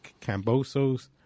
Cambosos